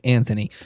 Anthony